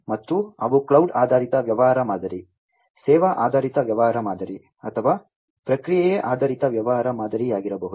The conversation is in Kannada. ಮತ್ತು ಅವು ಕ್ಲೌಡ್ ಆಧಾರಿತ ವ್ಯವಹಾರ ಮಾದರಿ ಸೇವಾ ಆಧಾರಿತ ವ್ಯವಹಾರ ಮಾದರಿ ಅಥವಾ ಪ್ರಕ್ರಿಯೆ ಆಧಾರಿತ ವ್ಯವಹಾರ ಮಾದರಿಯಾಗಿರಬಹುದು